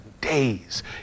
days